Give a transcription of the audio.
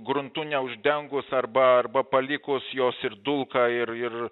gruntu neuždengus arba arba palikus jos ir dulka ir ir